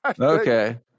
Okay